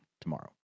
tomorrow